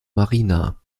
marina